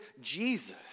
Jesus